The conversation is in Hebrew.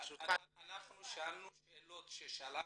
--- אנחנו שלחנו שאלות ששלחנו,